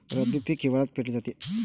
रब्बी पीक हिवाळ्यात पेरले जाते